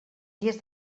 dies